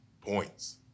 points